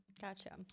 Gotcha